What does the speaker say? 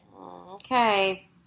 Okay